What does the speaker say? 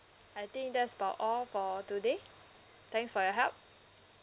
I think that's about all for today thanks for your help